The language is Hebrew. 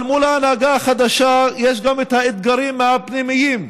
אבל להנהגה החדשה יש גם האתגרים הפנימיים,